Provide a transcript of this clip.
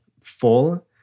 full